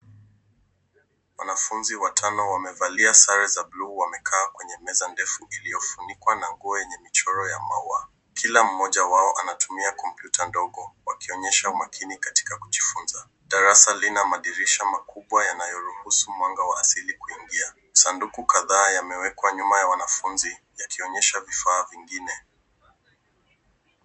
Wanafunzi watano wamevalia sare za buluu. Wamekaa kwenye meza ndefu iliyofunikwa na nguo yenye michoro ya maua. Kila mmoja wao anatumia kompyuta ndogo wakionyesha umakini katika kujifunza. Darasa lina madirisha makubwa yanayoruhusu mwanga wa asili kuingia. Sanduku kadhaa yamewekwa nyuma ya wanafunzi yakionyesha vifaa vingine.